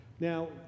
Now